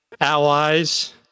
allies